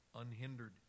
unhindered